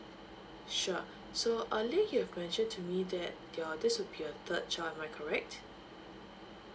sure so earlier you have mentioned to me that your this would be your third child am I correct